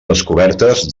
descobertes